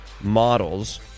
models